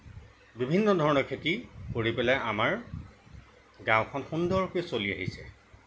বিভিন্ন ধৰণে খেতি কৰি পেলাই আমাৰ গাঁওখন সুন্দৰকৈ চলি আহিছে